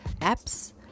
apps